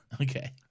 Okay